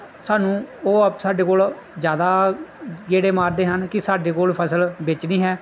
ਸਾਨੂੰ ਉਹ ਸਾਡੇ ਕੋਲ ਜ਼ਿਆਦਾ ਗੇੜੇ ਮਾਰਦੇ ਹਨ ਕਿ ਸਾਡੇ ਕੋਲ ਫਸਲ ਵੇਚਣੀ ਹੈ